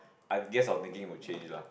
I've guess I thinking you would change lah